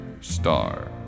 star